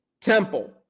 Temple